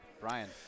Brian